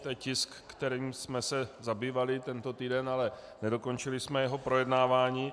To je tisk, kterým jsme se zabývali tento týden, ale nedokončili jsme jeho projednávání.